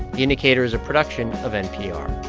the indicator is a production of npr